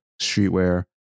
streetwear